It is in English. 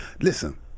Listen